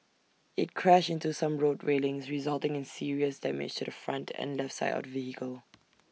IT crashed into some road railings resulting in serious damage to the front and left side of the vehicle